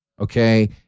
okay